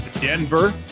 Denver